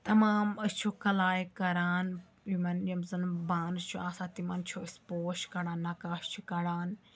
تَمام أسۍ چھِ کَلاے کَران یِمَن یِم زَن بانہٕ چھُ آسان تِمَن چھُ أسۍ پوش کَڑان نَقاش چھِ کَڑان